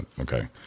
Okay